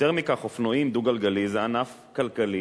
יותר מכך, אופנועים, דו-גלגלי זה ענף כלכלי